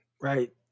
right